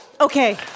Okay